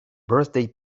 birthday